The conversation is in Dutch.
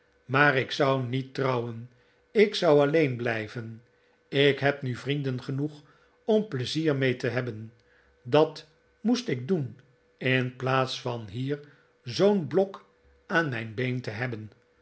maar ik zou niet trouwen ik zou alleen blijven ik heb nu vrienden genoeg om pleizier mee te hebben dat moest ik doen in plaats van hier zoo'n blok aan mijn been te hebben